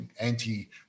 anti